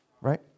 right